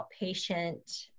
outpatient